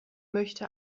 möchte